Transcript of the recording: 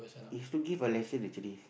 it's to give a lesson actually